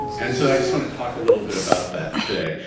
and so i just wanna talk a little bit about that today.